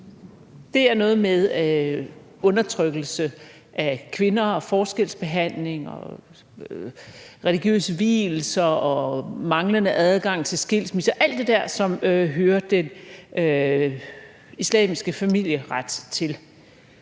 Det er noget med undertrykkelse af kvinder, forskelsbehandling, religiøse vielser og manglende adgang til skilsmisse – alt det der, som hører den islamiske familieret til.